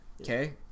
Okay